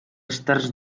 externs